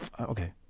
Okay